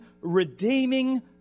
redeeming